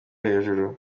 hejuru